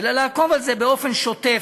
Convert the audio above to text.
אלא לעקוב אחרי זה באופן שוטף.